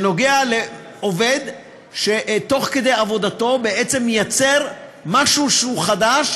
שנוגע בעובד שתוך כדי עבודתו בעצם מייצר משהו שהוא חדש,